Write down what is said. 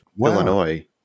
Illinois